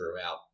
throughout